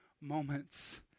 moments